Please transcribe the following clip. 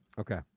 Okay